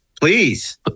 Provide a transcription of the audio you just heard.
Please